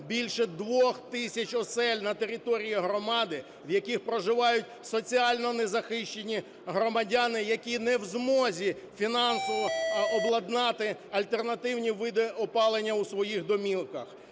більше 2 тисяч осель на території громади, в яких проживають соціально незахищені громадяни, які не в змозі фінансово обладнати альтернативні види опалення у своїх домівках.